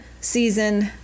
season